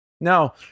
Now